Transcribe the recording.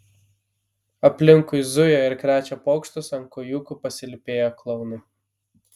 aplinkui zuja ir krečia pokštus ant kojūkų pasilypėję klounai